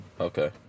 Okay